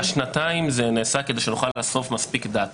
השנתיים זה נעשה כדי שנוכל לאסוף מספיק Data.